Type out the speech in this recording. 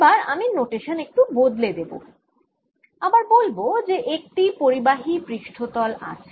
এবার আমি নোটেশান একটু বদলে দেব ও আবার বলব যে একটি পরিবাহী পৃষ্ঠতল আছে